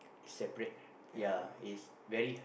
separate ya is very